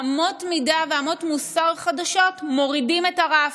אמות מידה ואמות מוסר חדשות, מורידים את הרף.